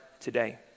today